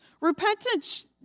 repentance